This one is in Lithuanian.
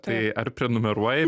tai ar prenumeruoji